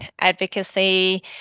advocacy